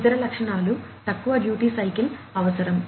ఇతర లక్షణాలు తక్కువ డ్యూటీ సైకిల్ అవసరం